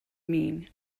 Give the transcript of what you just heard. mean